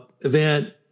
event